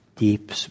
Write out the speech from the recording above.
Deep